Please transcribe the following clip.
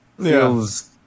feels